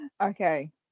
Okay